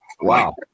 Wow